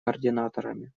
координаторами